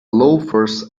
loafers